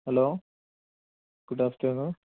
hello good afternoon